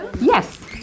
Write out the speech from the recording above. Yes